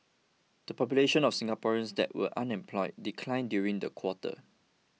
the population of Singaporeans that were unemployed declined during the quarter